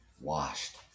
washed